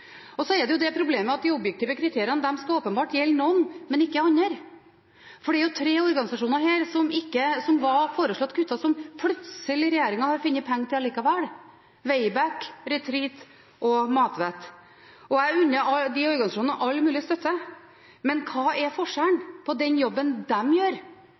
Så er det det problemet at de objektive kriteriene åpenbart skal gjelde noen, men ikke andre. Det er tre organisasjoner som var foreslått kuttet, som regjeringen plutselig har funnet penger til allikevel – Wayback, Retreat og Matvett. Jeg unner disse organisasjonene all mulig støtte, men hva er forskjellen på den jobben de gjør,